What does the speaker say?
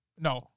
No